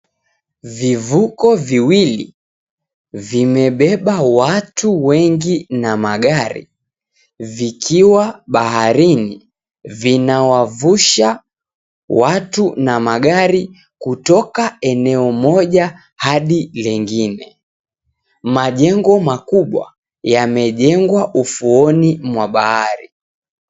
Vivuko viwili, vimebeba watu wengi na magari, vikiwa baharini, vinawavusha watu na magari kutoka eneo moja hadi lingine. Majengo makubwa yamejengwa ufuoni mwa bahari.